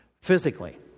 physically